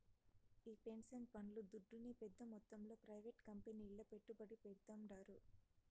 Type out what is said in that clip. ఈ పెన్సన్ పండ్లు దుడ్డునే పెద్ద మొత్తంలో ప్రైవేట్ కంపెనీల్ల పెట్టుబడి పెడ్తాండారు